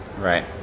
Right